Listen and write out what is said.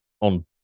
on